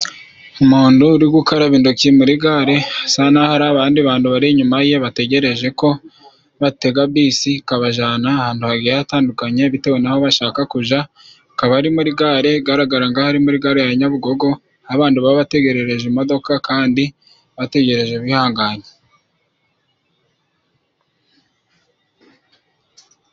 Mondo uri gukaraba intoki muri gare hasa nahari abandi bantu bari inyuma ye bategereje ko batega bisi ikabajana ahantu hagiye hatandukanye bitewe naho bashaka kuja kaba ari muri gare igaragara ngaho ari muri gare ya Nyabugogo aho abandu baba bategerereje imodoka kandi bategereje bihangane.